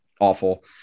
awful